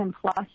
plus